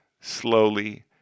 slowly